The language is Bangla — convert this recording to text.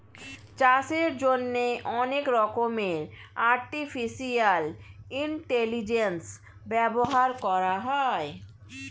চাষের জন্যে অনেক রকমের আর্টিফিশিয়াল ইন্টেলিজেন্স ব্যবহার করা হয়